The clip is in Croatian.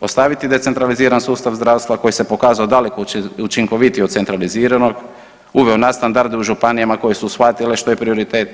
Postaviti decentralizirani sustav zdravstva koji se pokazao daleko učinkovitiji od centraliziranog, uveo nadstandarde u županijama koje su shvatile što je prioritet,